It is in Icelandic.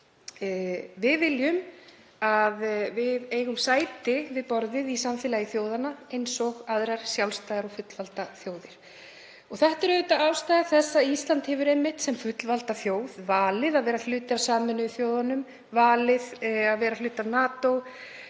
Við viljum eiga sæti við borðið í samfélagi þjóðanna eins og aðrar sjálfstæðar og fullvalda þjóðir. Það er ástæða þess að Ísland hefur sem fullvalda þjóð valið að vera hluti af Sameinuðu þjóðunum, valið að vera hluti af NATO